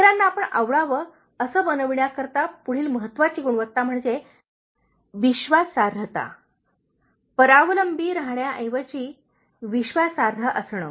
इतरांना आपण आवडावे असे बनविण्याकरिता पुढील महत्त्वाची गुणवत्ता म्हणजे विश्वासार्हता परावलंबी राहण्याऐवजी विश्वासार्ह असणे